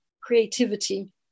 creativity